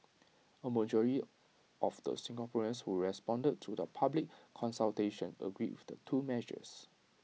A majority of the Singaporeans who responded to the public consultation agreed with the two measures